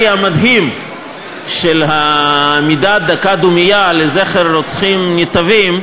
המדהים של עמידת דקת דומייה לזכר רוצחים נתעבים,